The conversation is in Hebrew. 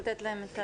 היא אינטנסיבית,